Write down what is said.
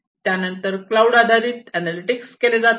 त्यानंतर क्लाऊड आधारित एनालिटिक्स केले जाते